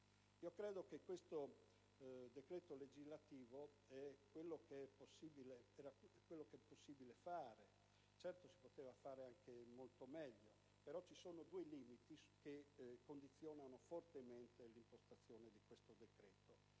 Credo che questo decreto legislativo sia quello che è possibile fare in questo momento. È certo che si poteva fare di molto meglio, ma ci sono due limiti che condizionano fortemente l'impostazione di questo decreto.